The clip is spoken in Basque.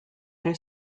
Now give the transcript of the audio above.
ere